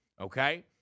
okay